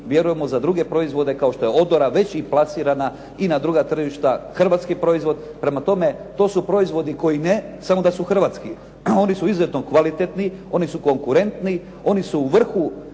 vjerujemo za druge proizvode kao što je odora već i plasirana i na druga tržišta hrvatski proizvod. Prema tome, to su proizvodi koji ne samo da su hrvatski, oni su izuzetno kvalitetni, oni su konkurentni, oni su u vrhu